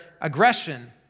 aggression